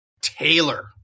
Taylor